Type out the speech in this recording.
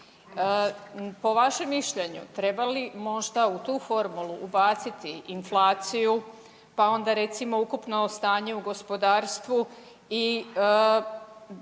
Po vašem mišljenju treba li možda u tu formulu ubaciti inflaciju, pa onda recimo ukupno o stanje u gospodarstvu i možda bi